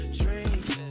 dreams